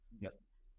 yes